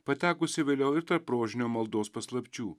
patekusi vėliau ir tarp rožinio maldos paslapčių